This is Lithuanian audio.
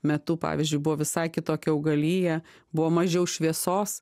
metu pavyzdžiui buvo visai kitokia augalija buvo mažiau šviesos